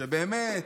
באמת,